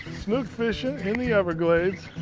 snook fishing in the everglades.